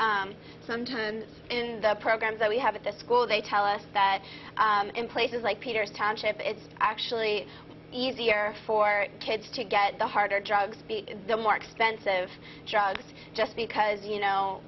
sometimes programs that we have at the school they tell us that in places like peter's township it's actually easier for kids to get the harder drugs the more expensive just because you know